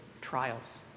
trials